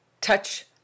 touch